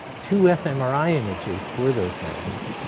two fmri images for those nouns,